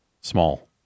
Small